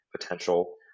potential